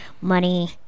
money